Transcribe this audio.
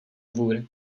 dvůr